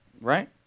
Right